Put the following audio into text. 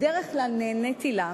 בדרך כלל נעניתי לה,